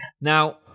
Now